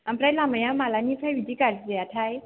ओमफ्राय लामाया माब्लानिफ्राय बिदि गाज्रि जायाथाय